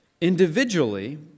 Individually